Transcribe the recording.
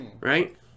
Right